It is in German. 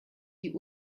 die